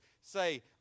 say